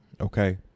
Okay